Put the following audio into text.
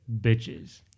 Bitches